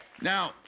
Now